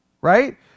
right